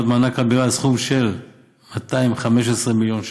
עמד מענק הבירה על סכום של 215 מיליון ש"ח.